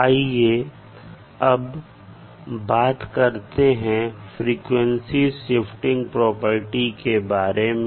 आइए अब बात करते हैं फ्रीक्वेंसी शिफ्टिंग प्रॉपर्टी के बारे में